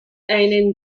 einen